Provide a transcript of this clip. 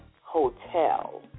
hotel